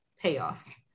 payoff